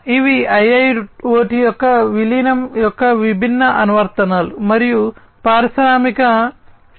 ఇవి IIoT యొక్క విలీనం యొక్క విభిన్న అనువర్తనాలు మరియు పారిశ్రామిక 4